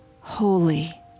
holy